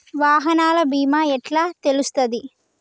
వాహనాల బీమా ఎట్ల తెలుస్తది?